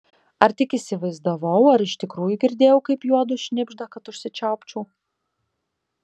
ar tik įsivaizdavau ar iš tikrųjų girdėjau kaip juodu šnibžda kad užsičiaupčiau